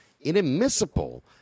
inadmissible